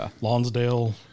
Lonsdale